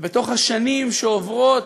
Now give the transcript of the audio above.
ובתוך השנים שעוברות,